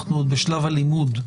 אנחנו עוד בשלב הלימוד.